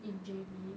in J_B